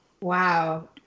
Wow